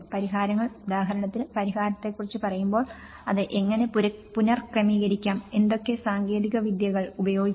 പരിഹാരങ്ങൾ ഉദാഹരണത്തിന് പരിഹാരങ്ങളെക്കുറിച്ച് പറയുമ്പോൾ അത് എങ്ങനെ പുനഃക്രമീകരിക്കാം എന്തൊക്കെ സാങ്കേതിക വിദ്യകൾ ഉപയോഗിക്കാം